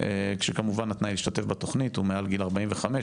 כשכמובן התנאי להשתתף בתוכנית הוא מעל גיל 45,